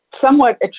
somewhat